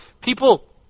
people